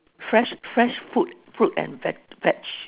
fresh fresh food fruit and veg~ vege~